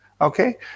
okay